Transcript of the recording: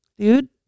Dude